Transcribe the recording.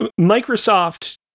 microsoft